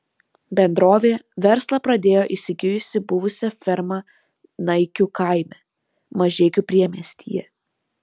bendrovė verslą pradėjo įsigijusi buvusią fermą naikių kaime mažeikių priemiestyje